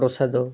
ପ୍ରସାଦ